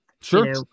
Sure